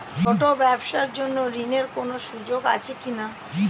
ছোট ব্যবসার জন্য ঋণ এর কোন সুযোগ আছে কি না?